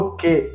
Okay